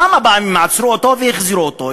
כמה פעמים עצרו אותו והחזירו אותו,